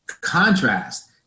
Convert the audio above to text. contrast